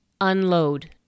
unload